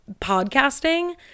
podcasting